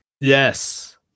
Yes